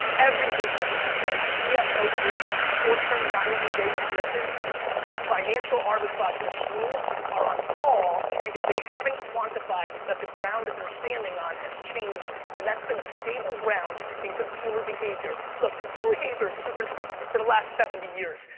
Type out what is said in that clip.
every business that is cfo-driven, short-term, ninety day driven financial arbitrage machines are on-call because they haven't quantified that the ground that they're standing on has changed and that's been a stable ground in consumer behavior. look, consumer behavior is super interesting for the last seventy years.